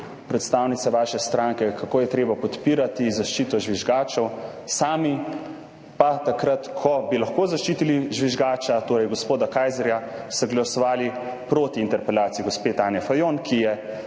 predstavnice svoje stranke pravijo, kako je treba podpirati zaščito žvižgačev, sami pa so, takrat ko bi lahko zaščitili žvižgača, torej gospoda Kajzerja, glasovali proti interpelaciji gospe Tanje Fajon, ki je